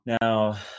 now